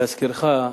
להזכירך,